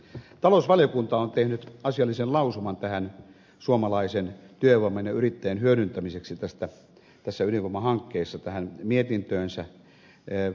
talousvaliokunta on tehnyt asiallisen lausuman suomalaisen työvoiman ja yrittäjän hyödyttämiseksi tässä ydinvoimahankkeessa tähän mietintöönsä